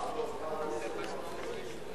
אבל רע ועוד רע לא עושה דבר טוב.